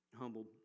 humbled